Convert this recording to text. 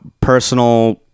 personal